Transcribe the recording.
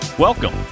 Welcome